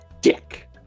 dick